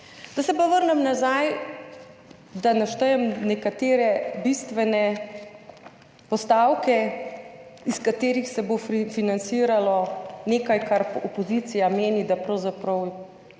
Če se vrnem nazaj, da naštejem nekatere bistvene postavke, iz katerih se bo financiralo nekaj, za kar opozicija meni, da pravzaprav